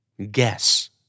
Guess